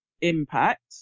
impact